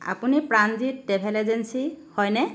আপুনি Pranjit travel agency হয়নে